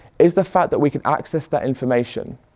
is the fact that we can access that information,